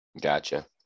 Gotcha